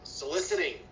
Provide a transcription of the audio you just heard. Soliciting